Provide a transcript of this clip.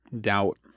doubt